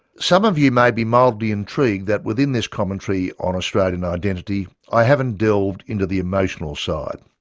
some of you may be mildly intrigued that within this commentary on australian identity i haven't delved into the emotional side.